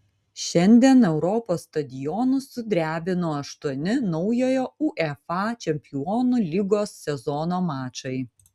šiandien europos stadionus sudrebino aštuoni naujojo uefa čempionų lygos sezono mačai